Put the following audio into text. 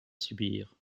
subir